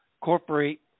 corporate